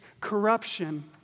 corruption